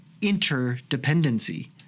interdependency